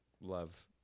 love